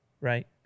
right